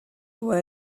doit